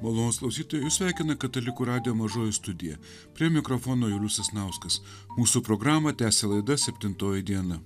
malonūs klausytojai jus sveikina katalikų radijo mažoji studija prie mikrofono julius sasnauskas mūsų programą tęsia laida septintoji diena